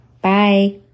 Bye